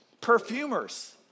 perfumers